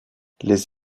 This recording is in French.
les